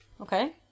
Okay